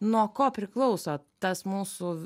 nuo ko priklauso tas mūsų